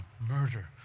murder